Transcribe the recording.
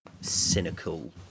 cynical